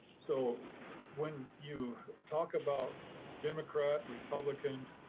so when you talk about democrat, republican,